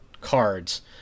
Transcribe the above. cards